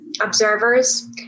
observers